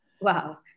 Wow